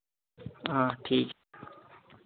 हाँ ठीक है